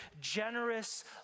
generous